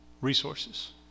resources